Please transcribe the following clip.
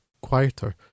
quieter